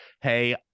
hey